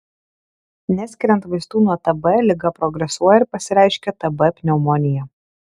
neskiriant vaistų nuo tb liga progresuoja ir pasireiškia tb pneumonija